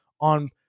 on